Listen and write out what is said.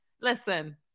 listen